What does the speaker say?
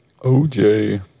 OJ